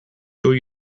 sure